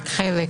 רק חלק.